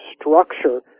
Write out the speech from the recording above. structure